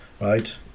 right